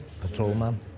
patrolman